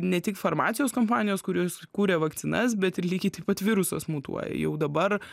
ne tik farmacijos kompanijos kurios kuria vakcinas bet ir lygiai taip pat virusas mutuoja jau dabar